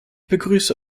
begrüße